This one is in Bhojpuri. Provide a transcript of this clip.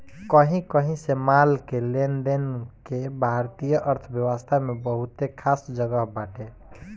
कही कही से माल के लेनदेन के भारतीय अर्थव्यवस्था में बहुते खास जगह बाटे